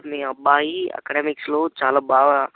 మీ అబ్బాయి అకడమిక్స్లో చాలా బాగా